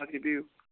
ادٕ کیاہ بیٚہِو